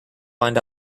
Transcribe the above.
find